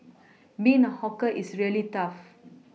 being a hawker is really tough